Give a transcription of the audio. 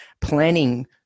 planning